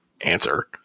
answer